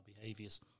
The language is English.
behaviours